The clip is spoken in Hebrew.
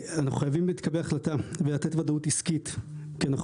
אנחנו חייבים לקבל החלטה ולתת וודאות עסקית כי אנחנו